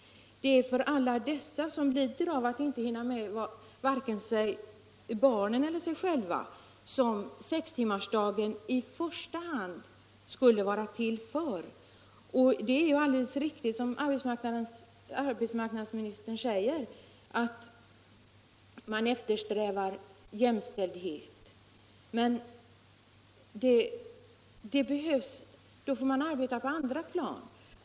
Det är alla dessa som lider av att inte hinna med vare sig barnen eller sig själva som sextimmarsdagen i första hand skulle vara till för. Det är ju alldeles riktigt som arbetsmarknadsministern påpekar, att man eftersträvar jämställdhet, men då får man också arbeta på andra plan.